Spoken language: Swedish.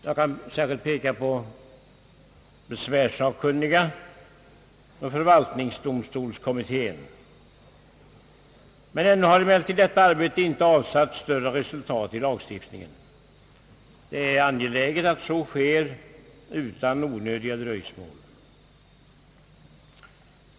Jag kan särskilt peka på besvärssakkunniga och förvaltningsdomstolskommittén. Men ännu har inte detta arbete avsatt något större resultat i lagstiftningen. Det är angeläget att så sker utan onödiga dröjsmål.